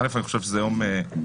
אני חושב שזה יום מרגש.